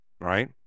right